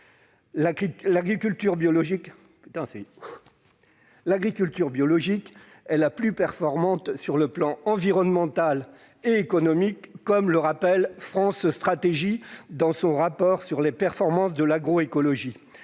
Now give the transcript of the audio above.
L'agriculture biologique est la plus performante du point de vue environnemental et économique, comme le rappelle France Stratégie dans son rapport sur les performances de l'agroécologie.